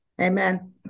Amen